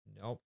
Nope